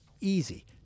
easy